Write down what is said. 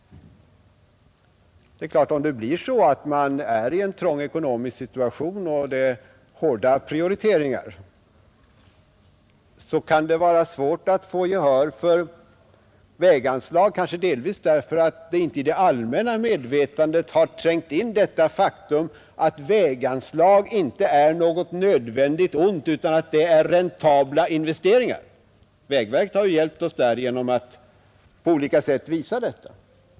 Om det blir så att man är i en trång ekonomisk situation och tvingas till hårda prioriteringar, kan det självfallet vara svårt att få gehör för väganslag, kanske delvis därför att det faktum att väganslag inte är något nödvändigt ont utan är räntabla investeringar inte trängt in i det allmänna medvetandet. Vägverket har ju hjälpt oss genom att på olika sätt visa detta.